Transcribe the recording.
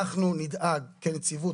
אנחנו נדאג כנציבות,